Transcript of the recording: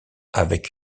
avec